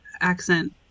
accent